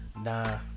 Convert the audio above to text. nah